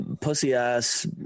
pussy-ass